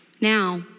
now